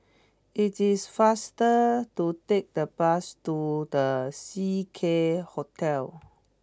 it is faster to take the bus to The Seacare Hotel